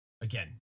again